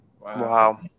Wow